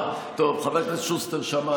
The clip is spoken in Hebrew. טוב, חבר הכנסת שוסטר, שמענו.